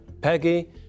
Peggy